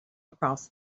across